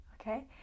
Okay